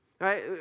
right